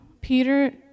Peter